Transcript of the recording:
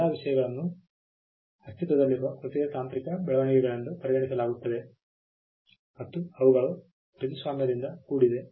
ಈ ಎಲ್ಲ ವಿಷಯಗಳನ್ನು ಅಸ್ತಿತ್ವದಲ್ಲಿರುವ ಕೃತಿಯ ತಾಂತ್ರಿಕ ಬೆಳವಣಿಗೆಗಳೆಂದು ಪರಿಗಣಿಸಲಾಗುತ್ತದೆ ಮತ್ತು ಅವುಗಳು ಕೃತಿಸ್ವಾಮ್ಯದಿಂದ ಕೂಡಿದೆ